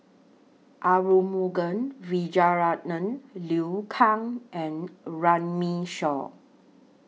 Arumugam Vijiaratnam Liu Kang and Runme Shaw